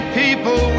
people